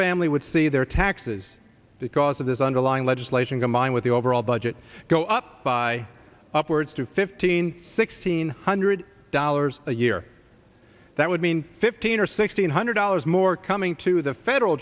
family would see their tax because of this underlying legislation combined with the overall budget go up by upwards to fifteen sixteen hundred dollars a year that would mean fifteen or sixteen hundred dollars more coming to the federal